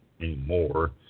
anymore